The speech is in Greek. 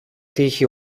τύχη